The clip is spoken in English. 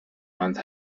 month